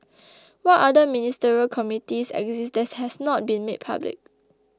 what other ministerial committees exist that has not been made public